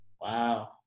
Wow